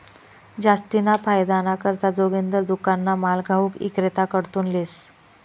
जास्तीना फायदाना करता जोगिंदर दुकानना माल घाऊक इक्रेताकडथून लेस